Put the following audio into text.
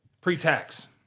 Pre-tax